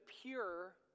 pure